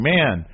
Man